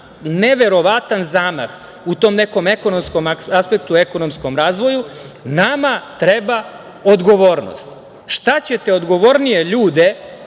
neverovatan zamah u tom nekom ekonomskom aspektu, ekonomskom razvoju. Nama treba odgovornost. Šta ćete odgovornije ljude